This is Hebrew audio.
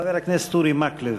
חבר הכנסת אורי מקלב.